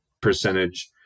percentage